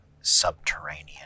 subterranean